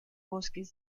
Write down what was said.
bosques